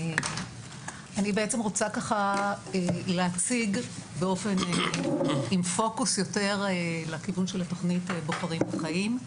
אני בעצם רוצה להציג עם פוקוס יותר לכיוון של התוכנית "בוחרים בחיים",